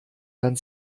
dann